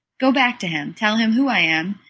go back to him tell him who i am,